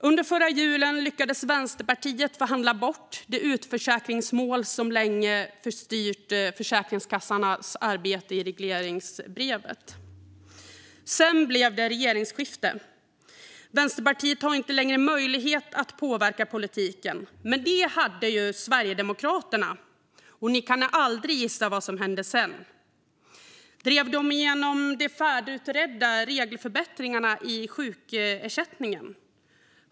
Under förra julen lyckades Vänsterpartiet förhandla bort det utförsäkringsmål i regleringsbrevet som länge styrt Försäkringskassans arbete. Sedan blev det regeringsskifte, och Vänsterpartiet hade inte längre möjlighet att påverka politiken. Men det hade Sverigedemokraterna, och ni kan aldrig gissa vad som hände. Drev de igenom de färdigutredda regelförbättringarna i sjukersättningen?